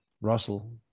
Russell